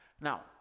Now